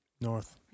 North